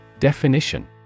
Definition